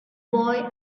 boy